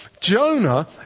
Jonah